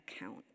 account